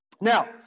Now